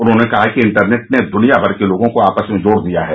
उन्होंने कहा कि इंटरनेट ने दुनियाभर के लोगों को आपस में जोड़ दिया है